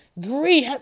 Greed